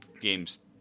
games